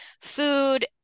food